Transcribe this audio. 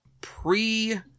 pre